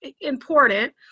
important